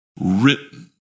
written